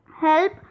help